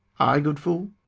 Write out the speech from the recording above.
ay, good fool.